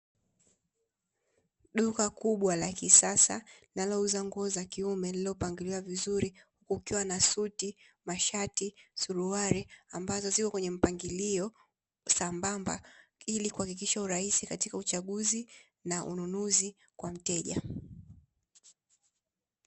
Duka kubwa la kisasa linalouza nguo za kiume lililopangiliwa vizuri kukiwa na: suti, mashati, suruali ambazo zipo kwenye mpangilio sambamba ili kuhakikisha urahisi katika uchaguzi na ununuzi kwa mteja.